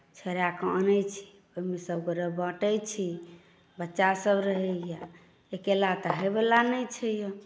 छोड़ा कऽ आनैत छी ओहिमे सभगोटे बाँटैत छी बच्चासभ रहैए अकेला तऽ होइवला नहि छै यए